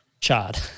Chad